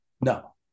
No